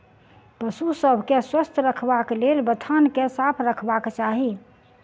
पशु सभ के स्वस्थ रखबाक लेल बथान के साफ रखबाक चाही